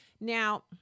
Now